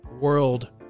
world